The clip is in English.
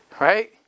right